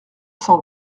cent